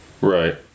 Right